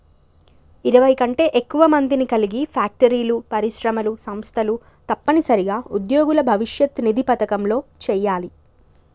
ఇరవై కంటే ఎక్కువ మందిని కలిగి ఫ్యాక్టరీలు పరిశ్రమలు సంస్థలు తప్పనిసరిగా ఉద్యోగుల భవిష్యత్ నిధి పథకంలో చేయాలి